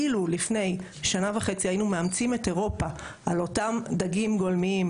אילו לפני שנה וחצי היינו מאמצים את אירופה על אותם דגים גולמיים,